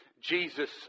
Jesus